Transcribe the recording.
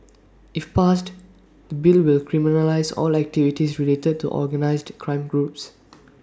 if passed the bill will criminalise all activities related to organised crime groups